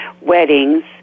weddings